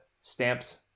stamps